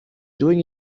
doing